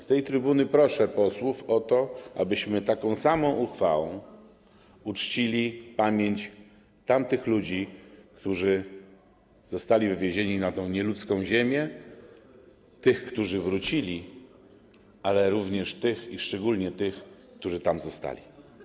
Z tej trybuny proszę zatem posłów o to, abyśmy taką samą uchwałą uczcili pamięć ludzi, którzy zostali wywiezieni na tą nieludzką ziemię, tych, którzy wrócili, jak również tych, szczególnie tych, którzy tam zostali.